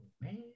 Man